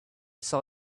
saw